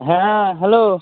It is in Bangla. হ্যাঁ হ্যালো